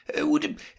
would